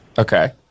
Okay